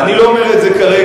אני לא אומר את זה כרגע,